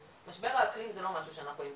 צודק, משבר האקלים זה לא משהו שאנחנו המצאנו.